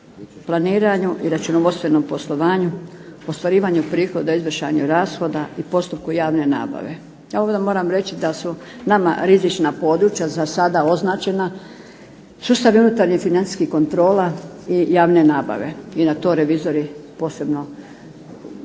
planiranju i računovodstvenom poslovanju, ostvarivanju prihoda, izvršanju rashoda i postupku javne nabave. Ja ovdje moram reći da su nama rizična područja za sada označena, sustavi unutarnjih financijskih kontrola i javne nabave i na to revizori posebno obraćaju